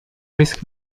risk